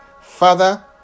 Father